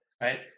right